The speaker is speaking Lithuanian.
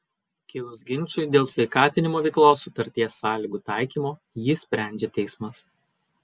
kilus ginčui dėl sveikatinimo veiklos sutarties sąlygų taikymo jį sprendžia teismas